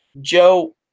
Joe